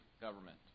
government